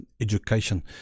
education